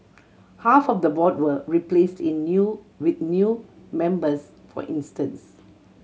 half of the board were replaced in new with new members for instance